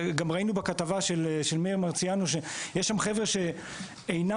גם ראינו בכתבה של מאיר מרציאנו שיש שם חבר'ה שאינם